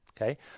Okay